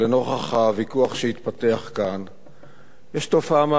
הוויכוח שהתפתח כאן יש תופעה מעניינת: